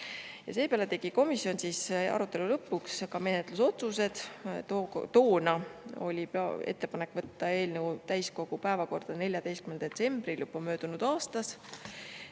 Seepeale tegi komisjon arutelu lõpus ka menetlusotsused. Toona oli ettepanek võtta eelnõu täiskogu päevakorda 14. detsembril möödunud aastal.